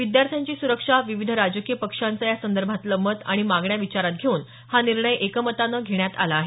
विद्यार्थ्यांची सुरक्षा विविध राजकीय पक्षांचं या संदर्भातलं मत आणि मागण्या विचारात घेऊन हा निर्णय एकमतानं घेण्यात आला आहे